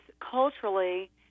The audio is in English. culturally